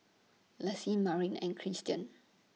Lassie Marnie and Cristen